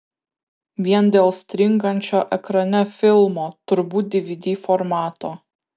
vien dėl stringančio ekrane filmo turbūt dvd formato